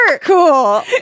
Cool